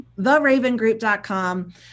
theravengroup.com